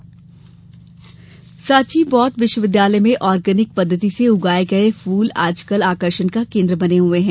सांची फूल सांची बौद्ध विश्वविद्यालय में ऑर्गेनिक पद्धति से उगाए गए फूल आजकल आकर्षण का केंद्र बने हुए है